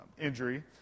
injury